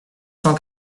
cent